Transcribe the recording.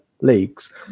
leagues